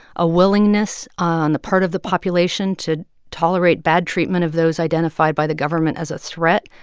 a willingness on the part of the population to tolerate bad treatment of those identified by the government as a threat,